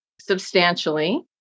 substantially